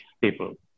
people